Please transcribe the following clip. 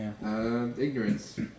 Ignorance